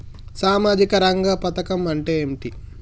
సామాజిక రంగ పథకం అంటే ఏంటిది?